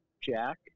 Jack